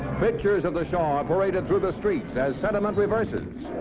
pictures of the shah are paraded through the streets as sentiment reverses.